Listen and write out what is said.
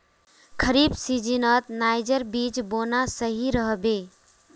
खरीफ सीजनत नाइजर बीज बोना सही रह बे